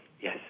yes